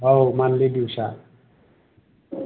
औ मान्थलि दिउसआ